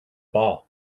ball